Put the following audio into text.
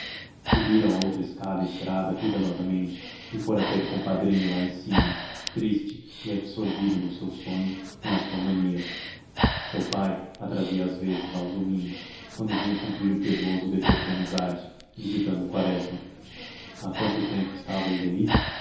loucura subira outra escada encerada cuidadosamente e fora ter com o padrinho lá em cima triste e absorvido no seu sonho e na sua mania seu pai a trazia às vezes aos domingos quando vinha cumprir o piedoso dever de amizade visitando quaresma há quanto tempo estava ele ali